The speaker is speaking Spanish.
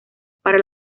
para